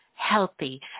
healthy